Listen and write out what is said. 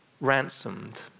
ransomed